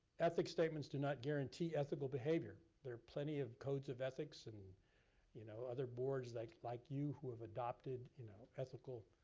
ethic statements do not guarantee ethical behavior. there are plenty of codes of ethics and you know other boards like like you who have adopted you know ethical